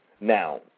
Now